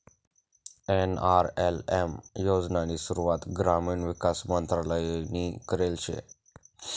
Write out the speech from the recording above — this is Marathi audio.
एन.आर.एल.एम योजनानी सुरुवात ग्रामीण विकास मंत्रालयनी करेल शे